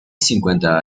cincuenta